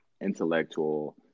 intellectual –